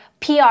PR